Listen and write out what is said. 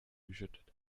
geschüttet